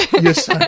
Yes